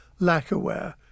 lacquerware